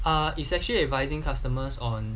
err it's actually advising customers on